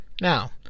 Now